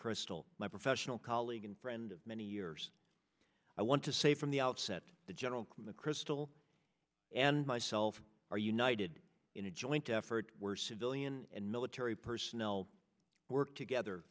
mcchrystal my professional colleague and friend of many years i want to say from the outset that general mcchrystal and myself are united in a joint effort where civilian and military personnel work together